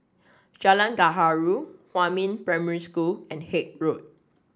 Jalan Gaharu Huamin Primary School and Haig Road